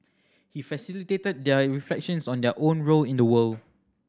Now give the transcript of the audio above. he facilitated their reflections on their own role in the world